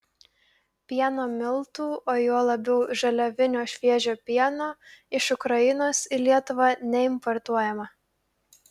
pieno miltų o juo labiau žaliavinio šviežio pieno iš ukrainos į lietuvą neimportuojama